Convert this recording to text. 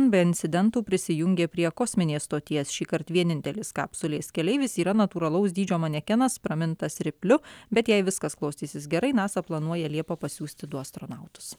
be incidentų prisijungė prie kosminės stoties šįkart vienintelis kapsulės keleivis yra natūralaus dydžio manekenas pramintas ripliu bet jei viskas klostysis gerai nasa planuoja liepą pasiųsti du astronautus